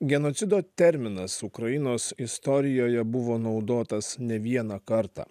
genocido terminas ukrainos istorijoje buvo naudotas ne vieną kartą